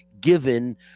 given